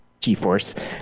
geforce